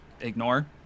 ignore